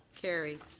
carried.